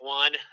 one